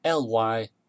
ly